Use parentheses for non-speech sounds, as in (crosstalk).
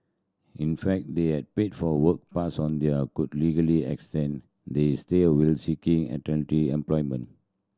in fact they had paid for a work pass on they are could legally extend their stay (unintelligible) while seeking alternative employment